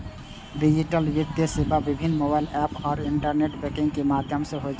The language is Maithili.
डिजिटल वित्तीय सेवा विभिन्न मोबाइल एप आ इंटरनेट बैंकिंग के माध्यम सं होइ छै